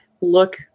look